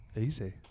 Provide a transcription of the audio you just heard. Easy